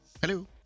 Hello